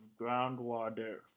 groundwater